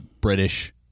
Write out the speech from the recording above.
British